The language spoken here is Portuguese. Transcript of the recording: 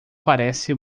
parece